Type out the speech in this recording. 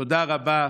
תודה רבה.